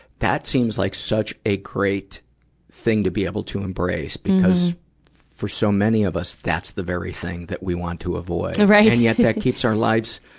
that seems like such a great thing to be able to embrace, because for so many of us that's the very thing that we want to avoid. and yet that keeps our lives,